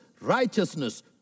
righteousness